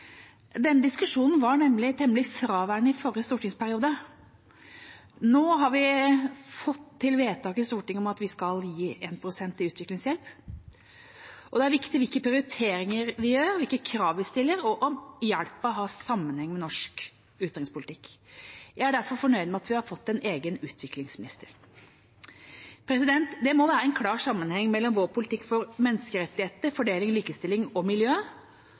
diskusjonen var nemlig temmelig fraværende i forrige stortingsperiode. Nå har vi fått til vedtak i Stortinget om at vi skal gi 1 pst. av BNI i utviklingshjelp, og det er viktig hvilke prioriteringer vi gjør, hvilke krav vi stiller, og om hjelpen har sammenheng med norsk utenrikspolitikk. Jeg er derfor fornøyd med at vi har fått en egen utviklingsminister. Det må være en klar sammenheng mellom vår politikk for menneskerettigheter, fordeling, likestilling og miljø